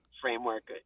framework